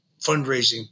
fundraising